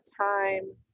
time